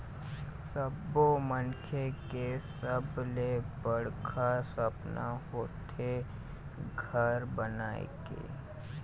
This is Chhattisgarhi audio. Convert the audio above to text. सब्बो मनखे के सबले बड़का सपना होथे घर बनाए के